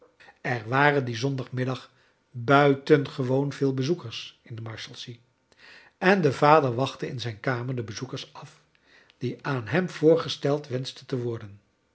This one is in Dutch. er waren dien zonda gnamiddag buitengewoon veel bezoekers in de marshalsea en de vader wachtte in zijn kamer de bezoekers af die aan hem voorgesteld wenschten te worden